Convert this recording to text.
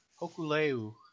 hokuleu